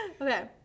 Okay